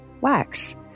wax